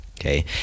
Okay